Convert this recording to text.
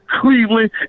Cleveland